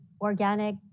organic